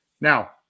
Now